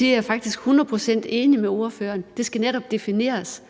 jeg faktisk er hundrede procent enig med ordføreren. Det skal netop defineres.